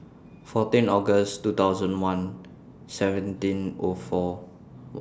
fourteen August two thousand one seventeen O four sixteen